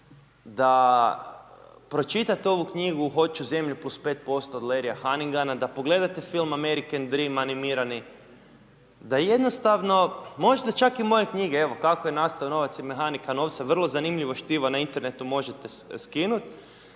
da pročitate ovu knjigu Hoću zemlju +5% od Leria Hanginga, da pogledate film American Dream animirani, da jednostavno, možda čak i moje knjige, evo, Kako je nastao novac i mehanika novca, vrlo zanimljivo štivo na internetu možete skinuti